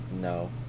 No